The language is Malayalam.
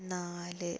നാല്